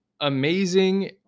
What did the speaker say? amazing